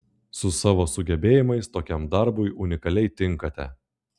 su savo sugebėjimais tokiam darbui unikaliai tinkate